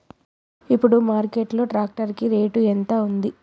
ఇప్పుడు మార్కెట్ లో ట్రాక్టర్ కి రేటు ఎంత ఉంది?